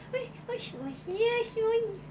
why why why she was here